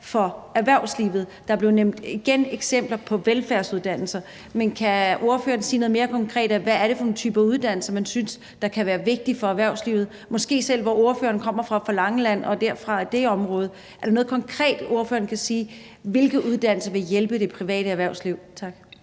for erhvervslivet? Der blev igen nævnt eksempler på velfærdsuddannelser. Men kan ordføreren sige noget mere konkret om, hvad det er for nogle typer uddannelser, man synes kan være vigtige for erhvervslivet, måske også der, hvor ordføreren selv kommer fra, altså Langeland og i det område? Er der noget konkret, ordføreren kan sige om, hvilke uddannelser der vil hjælpe det private erhvervsliv? Tak.